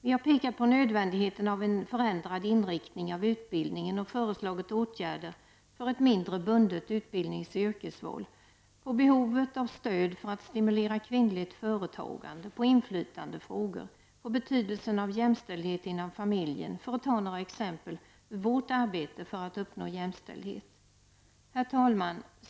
Vi har pekat på nödvändigheten av en förändrad inriktning av utbildningen och föreslagit åtgärder för ett mindre bundet utbildnings och yrkesval, på behovet av stöd för att stimulera kvinnligt företagande, på inflytandefrågor och på betydelsen av jämställdhet inom familjen -- för att ta några exempel ur vårt arbete för att uppnå jämställdhet. Herr talman!